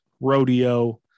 rodeo